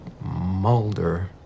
Mulder